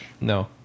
no